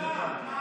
נא לשבת, בבקשה.